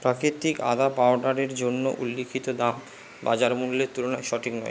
প্রাকৃতিক আদা পাউডারের জন্য উল্লিখিত দাম বাজার মূল্যের তুলনায় সঠিক নয়